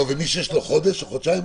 ומי שיש לו חודש או חודשיים?